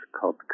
called